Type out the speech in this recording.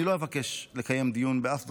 אני לא אבקש לקיים דיון באף ועדה,